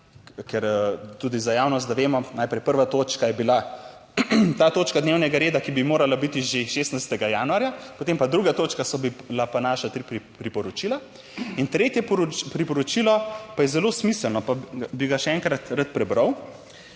ker tudi za javnost, da vemo, najprej, 1. točka je bila ta točka dnevnega reda, ki bi morala biti že 16. januarja, potem pa 2. točka so bila pa naša tri priporočila. In tretje priporočilo pa je zelo smiselno pa bi ga še enkrat rad prebral.